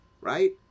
right